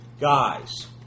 Guys